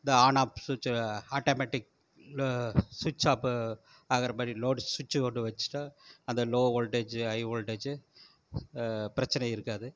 இந்த on off சுச்சை automatic switch off ஆகுகிற மாதிரி லோடு சுச்சி ஒன்று வச்சிட்டால் அந்த ஓல்ட்டேஜ் ஹை ஓல்ட்டேஜு பிரச்சினை இருக்காது